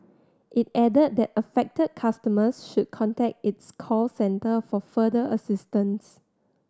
it added that affected customers should contact its call centre for further assistance